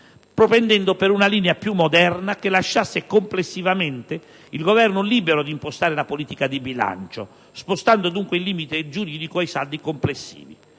propendendo per una linea più moderna che lasciasse complessivamente il Governo libero di impostare la politica di bilancio, spostando dunque il limite giuridico ai saldi complessivi.